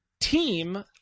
team